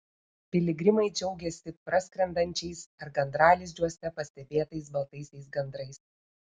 piligrimai džiaugėsi praskrendančiais ar gandralizdžiuose pastebėtais baltaisiais gandrais